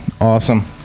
Awesome